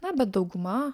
na bet dauguma